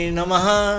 Namaha